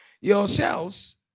yourselves